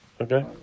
Okay